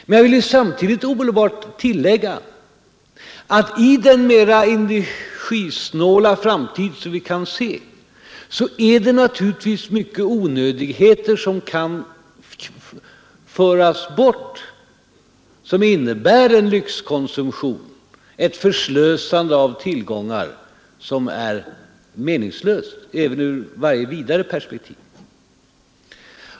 Men jag vill samtidigt omedelbart tillägga att i den mera energisnåla framtid som vi kan se, är det naturligtvis många onödigheter som kan föras bort, som innebär en lyxkonsumtion, ett förslösande av tillgångar som är meningslöst även ur varje vidare perspektiv.